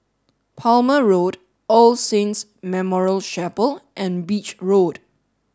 Palmer Road All Saints Memorial Chapel and Beach Road